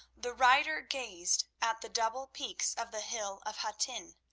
the writer gazed at the double peaks of the hill of hattin.